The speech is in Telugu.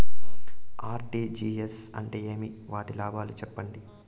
ఆర్.టి.జి.ఎస్ అంటే ఏమి? వాటి లాభాలు సెప్పండి?